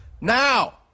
Now